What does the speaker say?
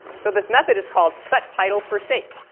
so this method is called settitle forstate,